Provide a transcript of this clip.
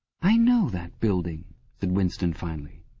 i know that building said winston finally.